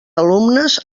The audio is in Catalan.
alumnes